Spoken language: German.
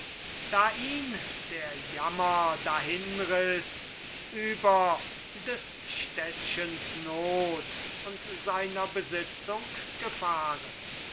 da ihn der jammer dahinriß über des städtchens not und seiner besitzung gefahren